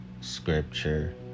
scripture